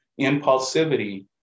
Impulsivity